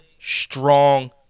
strong